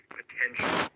potential